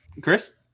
chris